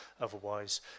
otherwise